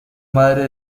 madre